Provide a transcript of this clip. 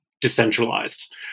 decentralized